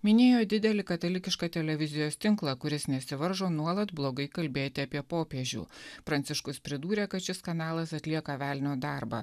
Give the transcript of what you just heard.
minėjo didelį katalikišką televizijos tinklą kuris nesivaržo nuolat blogai kalbėti apie popiežių pranciškus pridūrė kad šis kanalas atlieka velnio darbą